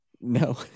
No